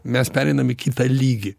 mes pereinam į kitą lygį